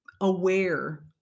aware